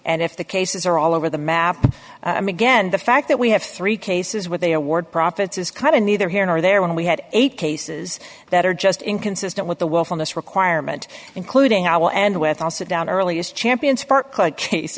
and if the cases are all over the map again the fact that we have three cases where they award profits is kind of neither here nor there when we had eight cases that are just inconsistent with the willfulness requirement including how and with all sit down earliest champion